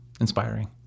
inspiring